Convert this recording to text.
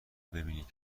ببینید